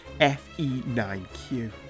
FE9Q